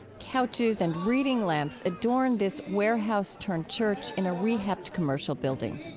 couches and reading lamps adorn this warehouse-turned-church in a rehabbed commercial building.